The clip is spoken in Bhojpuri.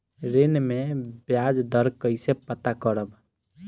ऋण में बयाज दर कईसे पता करब?